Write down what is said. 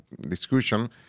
discussion